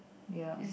ya